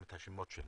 את השמות שלהם.